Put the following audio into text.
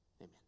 Amen